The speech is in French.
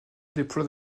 déploie